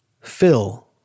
fill